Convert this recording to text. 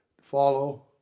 follow